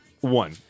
One